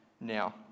now